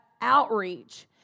outreach